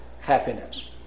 happiness